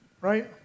right